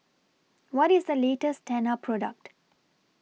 What IS The latest Tena Product